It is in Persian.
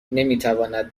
نمیتواند